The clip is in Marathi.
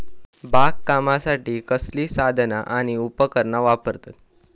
बागकामासाठी कसली साधना आणि उपकरणा वापरतत?